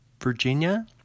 Virginia